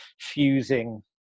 fusing